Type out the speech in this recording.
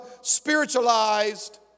spiritualized